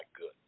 good